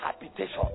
habitation